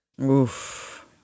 Oof